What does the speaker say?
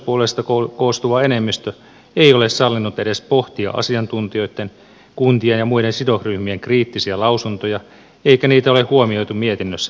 valiokunnan hallituspuolueista koostuva enemmistö ei ole sallinut edes pohtia asiantuntijoitten kuntien ja muiden sidosryhmien kriittisiä lausuntoja eikä niitä ole huomioitu mietinnössä juuri lainkaan